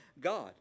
God